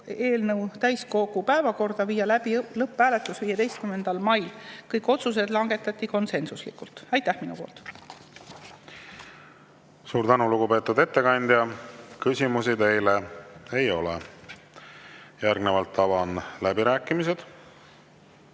eelnõu täiskogu päevakorda ja viia läbi lõpphääletus 15. mail. Kõik otsused langetati konsensuslikult. Aitäh! Suur tänu, lugupeetud ettekandja! Küsimusi teile ei ole. Järgnevalt avan läbirääkimised.